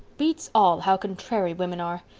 beats all how contrary women are.